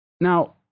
Now